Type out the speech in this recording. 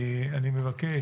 אני מבקש,